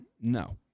no